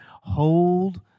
Hold